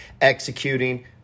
executing